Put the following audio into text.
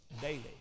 daily